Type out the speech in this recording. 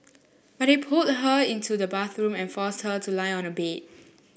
but he pulled her into the bedroom and forced her to lie on a bed